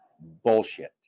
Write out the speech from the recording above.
bullshit